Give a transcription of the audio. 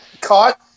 caught